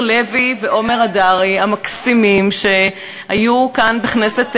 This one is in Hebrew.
ליר לוי ועומר הדרי המקסימים, שהיו כאן בכנסת,